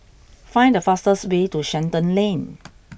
find the fastest way to Shenton Lane